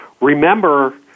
remember